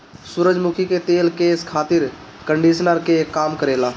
सूरजमुखी के तेल केस खातिर कंडिशनर के काम करेला